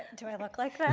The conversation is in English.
do i look like that?